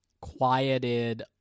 quieted